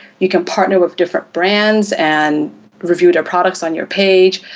you can partner with different brands and review their products on your page.